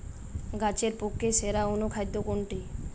গাছের পক্ষে সেরা অনুখাদ্য কোনটি?